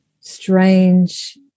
strange